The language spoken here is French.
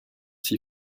s’y